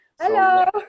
Hello